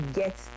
get